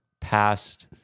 past